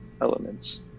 elements